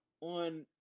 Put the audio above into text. on